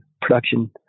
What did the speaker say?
production